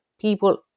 people